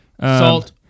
Salt